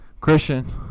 Christian